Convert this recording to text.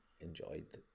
enjoyed